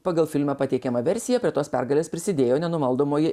pagal filme pateikiamą versiją prie tos pergalės prisidėjo nenumaldomoji